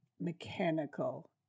mechanical